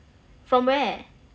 from where